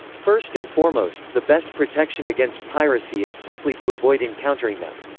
first and foremost, the best protection against piracy is simply to avoid encountering them.